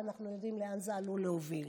ואנחנו יודעים לאן זה עלול להוביל.